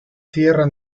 sierra